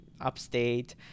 upstate